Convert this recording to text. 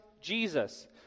Jesus